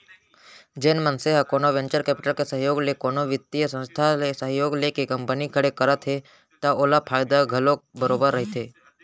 जेन मनसे ह कोनो वेंचर कैपिटल के सहयोग ले कोनो बित्तीय संस्था ले सहयोग लेके कंपनी खड़े करत हे त ओला फायदा घलोक बरोबर रहिथे